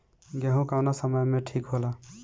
गेहू कौना समय मे ठिक होला?